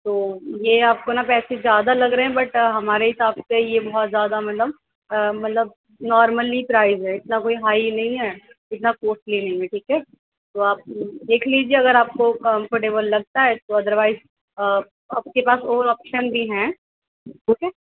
تو یہ آپ کو نا پیسے زیادہ لگ رہے ہیں بٹ ہمارے حساب سے یہ بہت زیادہ مطلب مطلب نارملی پرائز ہے اتنا کوئی ہائی نہیں ہے اتنا کوسٹلی نہیں ہے ٹھیک ہے تو آپ دیکھ لیجیے اگر آپ کو کمفرٹیبل لگتا ہے تو ادر وائز آپ کے پاس اور آپشن بھی ہیں اوکے